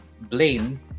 Blaine